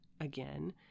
again